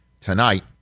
tonight